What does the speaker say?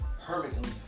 permanently